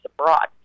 abroad